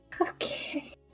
Okay